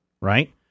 Right